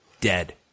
dead